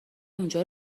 اونجا